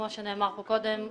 כמו שנאמר פה קודם,